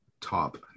top